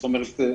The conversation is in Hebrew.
זאת אומרת,